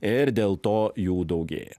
ir dėl to jų daugėja